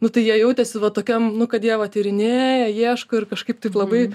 nu tai jie jautėsi va tokiam nu kad dievą tyrinėja ieško ir kažkaip taip labai